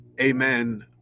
amen